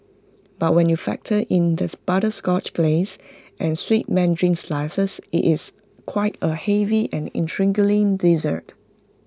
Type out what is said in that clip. but when you factor in this butterscotch glace and sweet Mandarin slices IT is quite A heavy and intriguing dessert